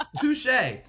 touche